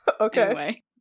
Okay